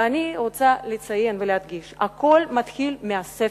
ואני רוצה לציין ולהדגיש, הכול מתחיל מהספר.